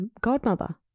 godmother